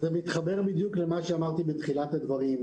זה מתחבר בדיוק למה שאמרתי בתחילת הדברים.